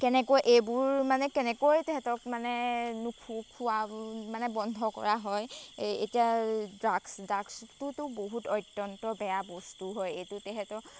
কেনেকৈ এইবোৰ মানে কেনেকৈ তেহেঁতক মানে নুখু খোৱা মানে বন্ধ কৰা হয় এতিয়া ড্ৰাগছ ড্ৰাগছটোতো বহুত অত্যন্ত বেয়া বস্তু হয় এইটো তেহেঁতক